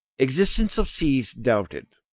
existence of seas doubted.